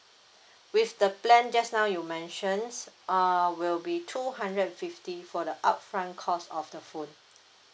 with the plan just now you mentioned uh will be two hundred and fifty for the upfront cost of the phone